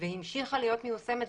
והמשיכה להיות מיושמת,